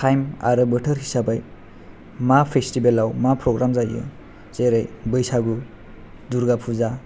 थाइम आरो बोथोर हिसाबै मा फेसटिभेलाव मा फ्रग्राम जायो जेरै बैसागु दुरगा फुजा